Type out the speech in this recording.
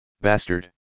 Bastard